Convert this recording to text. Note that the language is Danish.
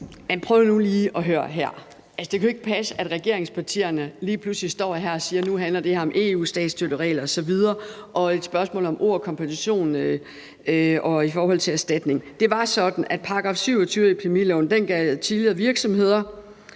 Prøv nu lige at høre her. Det kan jo ikke passe, at regeringspartierne lige pludselig står her og siger, at nu handler det her om EU-statsstøtteregler osv., og at det er et spørgsmål om ord i forhold til kompensation og i forhold til erstatning. Det var sådan, at § 27 i epidemiloven tidligere gav virksomheder